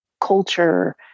culture